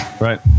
Right